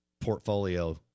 portfolio